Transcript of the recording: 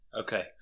Okay